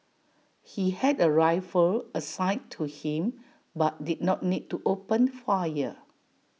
he had A rifle assigned to him but did not need to open fire